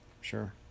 sure